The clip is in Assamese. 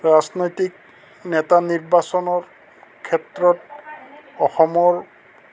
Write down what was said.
ৰাজনৈতিক নেতা নিৰ্বাচনৰ ক্ষেত্ৰত অসমৰ